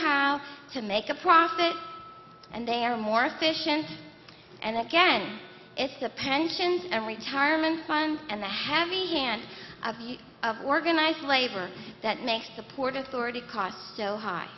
how to make a profit and they are more efficient and again it's the pensions and retirement funds and the heavy hand of you of organized labor that makes the port authority cost so high